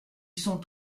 sont